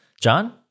John